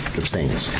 abstains?